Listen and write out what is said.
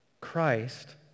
Christ